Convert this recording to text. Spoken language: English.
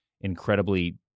incredibly